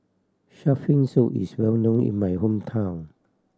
shark fin soup is well known in my hometown